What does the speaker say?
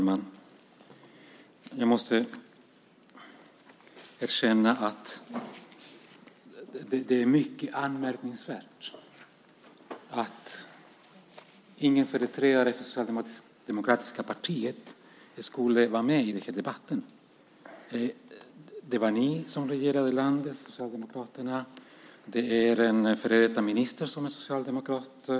Herr talman! Det vore mycket anmärkningsvärt om ingen företrädare för det socialdemokratiska partiet skulle vara med i debatten. Det var ni socialdemokrater som regerade landet. Det handlar om en före detta minister som är socialdemokrat.